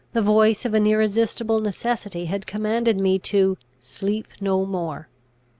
the voice of an irresistible necessity had commanded me to sleep no more.